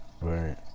Right